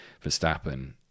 Verstappen